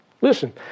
Listen